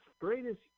greatest